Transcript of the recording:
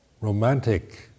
romantic